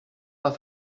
pas